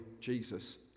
Jesus